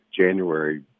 January